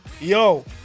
yo